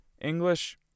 English